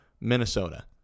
Minnesota